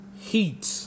heat